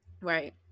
right